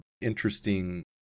interesting